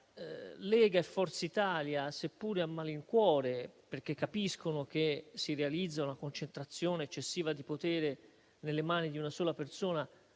Lega e Forza Italia, seppure a malincuore, perché capiscono che si realizza una concentrazione eccessiva di potere nelle mani di una sola persona,